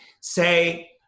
Say